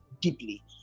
deeply